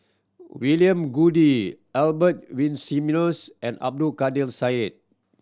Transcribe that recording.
William Goode Albert Winsemius and Abdul Kadir Syed